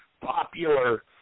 popular